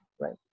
Right